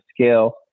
scale